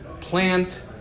plant